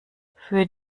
führt